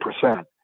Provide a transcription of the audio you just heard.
percent